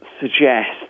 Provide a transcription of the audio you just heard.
suggest